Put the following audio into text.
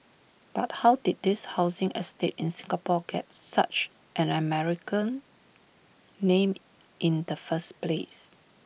but how did this housing estate in Singapore get such an American name in the first place